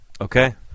Okay